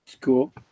Cool